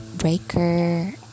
breaker